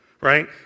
right